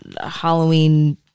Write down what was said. halloween